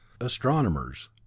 astronomers